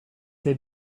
they